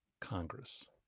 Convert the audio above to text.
Congress